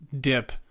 dip